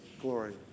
glory